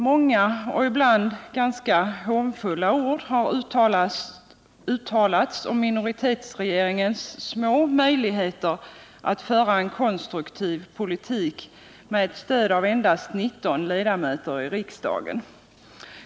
Många och ibland ganska hånfulla ord har uttalats om minoritetsregeringens små möjligheter att föra en konstruktiv politik med stöd av endast 39 ledamöter i riksdagen.